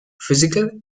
physical